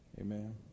Amen